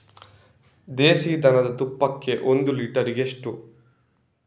ದೇಸಿ ದನದ ತುಪ್ಪಕ್ಕೆ ಒಂದು ಲೀಟರ್ಗೆ ಎಷ್ಟು?